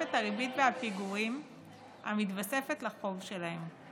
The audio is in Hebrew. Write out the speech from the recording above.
בתוספת הריבית והפיגורים המתווספת לחוב שלהם,